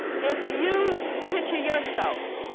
if you picture yourself